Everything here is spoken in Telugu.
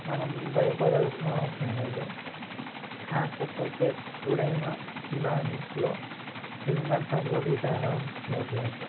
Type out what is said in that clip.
మనం భయపడాల్సిన అవసరం లేదు కాకపోతే ఎప్పుడైనా దాంట్లో ఏదైనా సర్వర్లు తేడా వచ్చినట్లయితే